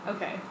Okay